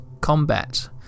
combat